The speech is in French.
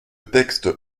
texte